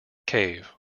cave